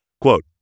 Quote